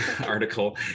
article